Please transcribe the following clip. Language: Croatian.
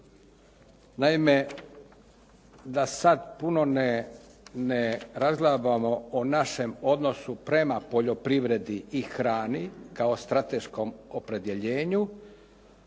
Naime, da sad puno ne razglabamo o našem odnosu prema poljoprivredi i hrani kao strateškom opredjeljenju,